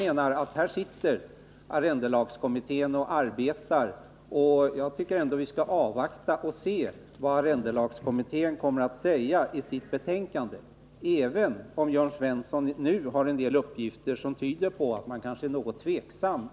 Men arrendelagskommittén arbetar nu, och jag tycker vi skall avvakta och se vad denna kommitté kommer att säga i sitt betänkande — även om Jörn Svensson nu har en del uppgifter som tyder på att man kanske är något tveksam.